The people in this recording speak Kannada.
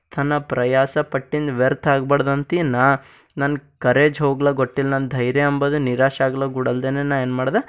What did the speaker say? ಥನ ಪ್ರಯಾಸ ಪಟ್ಟಿನ ವ್ಯರ್ಥ ಆಗಬಾರ್ದಂತ ನಾ ನನ್ನ ಖರೆ ಝೋಗ್ಲ ಗೊತ್ತಿಲ್ಲ ನನ್ನ ಧೈರ್ಯ ಅಂಬದು ನೀರಾಶಾಗ್ಲಕ್ಕ ಬಿಡಲ್ದೇ ನಾ ಏನು ಮಾಡ್ದೆ